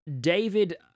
David